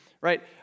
right